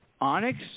Onyx